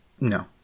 no